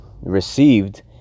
received